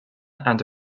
and